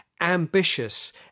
ambitious